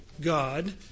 God